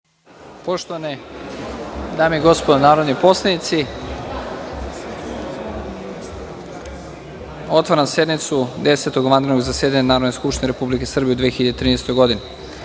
Poštovane dame i gospodo narodni poslanici, otvaram sednicu Desetog vanrednog zasedanja Narodne skupštine Republike Srbije u 2013. godini. Na